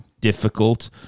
difficult